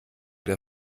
der